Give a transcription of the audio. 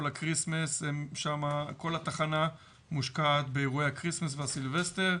כל הכריסמס שם כל התחנה מושקעת בארועי הכריסמס והסילבסטר.